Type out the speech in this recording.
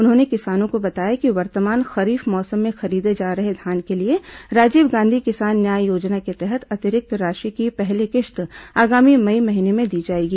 उन्होंने किसानों को बताया कि वर्तमान खरीफ मौसम में खरीदे जा रहे धान के लिए राजीव गांधी किसान न्याय योजना के तहत अतिरिक्त राशि की पहली किश्त आगामी मई महीने में दी जाएगी